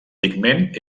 pigment